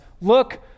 look